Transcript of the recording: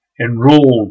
enrolled